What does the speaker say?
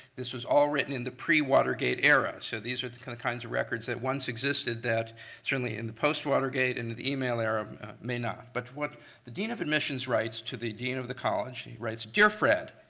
this was all written in the pre-watergate era. so these are the kind of kinds of records that once existed that certainly in the post-watergate and the the email era may not. but what the dean of admissions writes to the dean of the college, he writes dear fred.